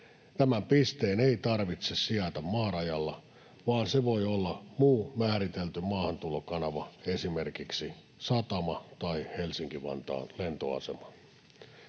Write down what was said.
Tämän pisteen ei tarvitse sijaita maarajalla, vaan se voi olla muu määritelty maahantulokanava, esimerkiksi satama tai Helsinki-Vantaan lentoasema.